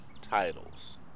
titles